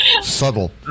Subtle